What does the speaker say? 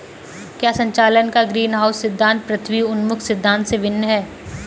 क्या संचालन का ग्रीनहाउस सिद्धांत पृथ्वी उन्मुख सिद्धांत से भिन्न है?